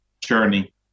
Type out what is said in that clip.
journey